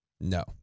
No